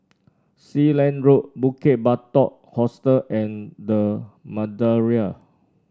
Sealand Road Bukit Batok Hostel and The Madeira